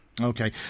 Okay